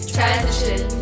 Transition